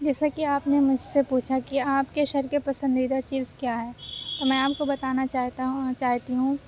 جیسا کہ آپ نے مجھ سے پوچھا کہ آپ کے شہر کے پسندیدہ چیز کیا ہے تو میں آپ کو بتانا چاہتا ہوں چاہتی ہوں